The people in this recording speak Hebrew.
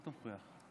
אל תפריע.